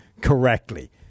correctly